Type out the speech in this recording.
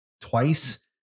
twice